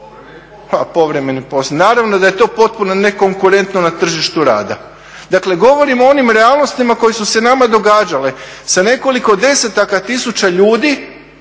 Ha, povremene …. Naravno da je to potpuno nekonkurentno na tržištu rada. Dakle, govorim o onim realnostima koje su se nama događale, sa nekoliko desetaka tisuća ljudi